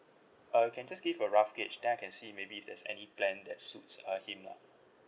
uh can just give a rough gauge then I can see maybe there's any plan that suits uh him lah